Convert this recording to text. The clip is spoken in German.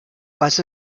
was